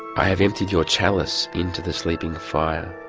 i have emptied your chalice into the sleeping fire